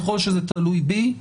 ככל שזה תלוי בי,